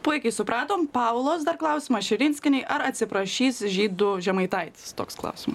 puikiai supratom paulos dar klausimas širinskienei ar atsiprašys žydų žemaitaitis toks klausim